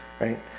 right